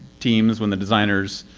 teams, when the designers.